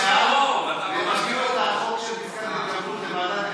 מקדם את פסקת ההתגברות עכשיו,